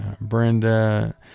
Brenda